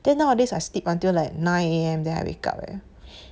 then nowadays I sleep until like nine A_M then I wake up eh